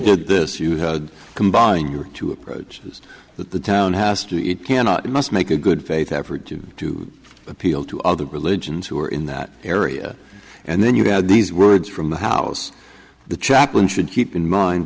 did this you had combined your two approaches that the town has to eat cannot you must make a good faith effort to to appeal to other religions who are in that area and then you had these words from the house the chaplain should keep in mind